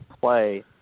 play